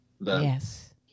Yes